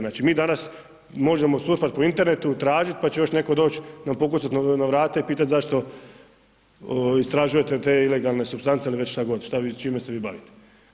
Znači mi danas možemo surfat po internetu, tražit pa će još netko doć nam pokucat na vrata i pitat zašto istražujete te ilegalne supstance ili već šta god, čime se vi bavite.